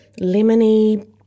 lemony